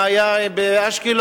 מה היה באשקלון,